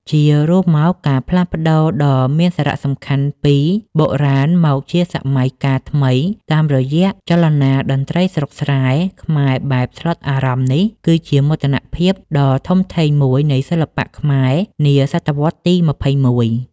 ជារួមមក ការផ្លាស់ប្តូរដ៏មានសារៈសំខាន់ពី បុរាណមកជាសម័យកាលថ្មីតាមរយៈចលនា តន្ត្រីស្រុកស្រែខ្មែរបែបស្លុតអារម្មណ៍នេះ គឺជាមោទនភាពដ៏ធំធេងមួយនៃសិល្បៈខ្មែរនាសតវត្សរ៍ទី ២១។